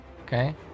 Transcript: Okay